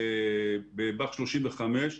ב-באח 35,